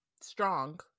strong